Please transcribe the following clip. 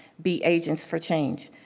be agents for change.